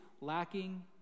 lacking